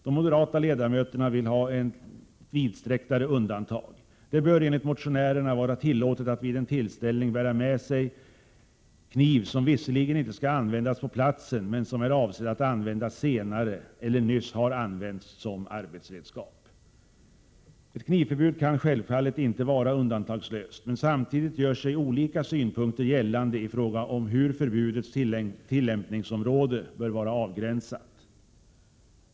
De moderata ledamöterna vill ha vidsträcktare undantag. Det bör enligt motionärerna vara tillåtet att vid en tillställning bära med sig kniv, som visserligen inte skall användas på platsen, men som är avsedd att användas senare eller nyss har använts som arbetsredskap. Ett knivförbud kan självfallet inte vara undantagslöst, men samtidigt gör sig olika synpunkter gällande i fråga om hur förbudets tillämpningsområde bör vara avgränsat.